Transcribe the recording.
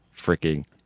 freaking